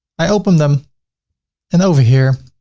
i open them and over here,